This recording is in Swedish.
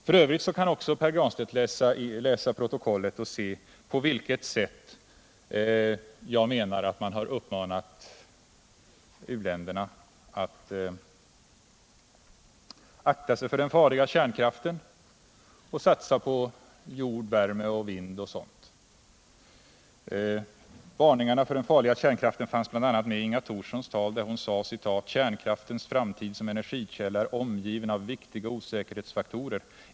F. ö. kan Pär Granstedt också läsa protokollet och se på vilket sätt jag menar att man har uppmanat u-länderna att akta sig för den farliga kärnkraften och satsa på jordvärme, vindkraft och sådant. Varningarna för den farliga kärnkraften fanns bl.a. med i Inga Thorssons tal där hon sade: Kärnkraftens framtid som energikälla är omgiven av viktiga osäkerhetsfaktorer.